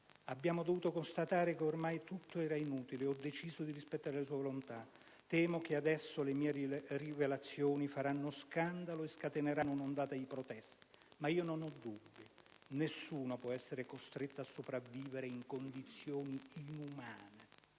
Abbiamo dovuto constatare che ormai tutto era inutile e ho deciso di rispettare le sue volontà. Temo che adesso le mie rivelazioni faranno scandalo e scateneranno un'ondata di proteste, ma io non ho dubbi. Nessuno può essere costretto a sopravvivere in condizioni inumane.